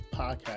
Podcast